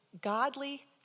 godly